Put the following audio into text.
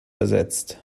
ersetzt